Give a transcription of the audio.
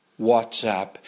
WhatsApp